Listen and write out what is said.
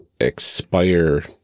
expire